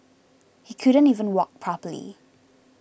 he couldn't even walk properly